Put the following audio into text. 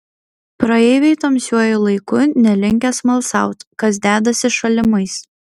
praeiviai tamsiuoju laiku nelinkę smalsaut kas dedasi šalimais